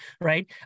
right